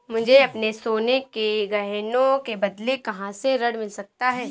मुझे अपने सोने के गहनों के बदले कहां से ऋण मिल सकता है?